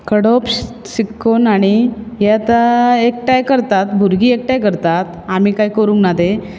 खडप शिक्को नाणी हे आतां एकठांय करतात भुरगीं एकठांय करतात आमी कांय करूंक ना ते